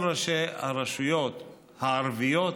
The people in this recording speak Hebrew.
כל ראשי הרשויות הערביות